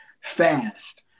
fast